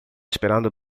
esperando